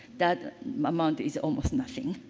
that amount is almost nothing.